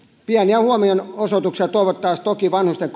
pieniä huomionosoituksia toivoisimme toki vanhusten